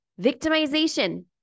victimization